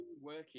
working